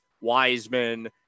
Wiseman